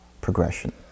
progression